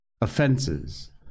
offenses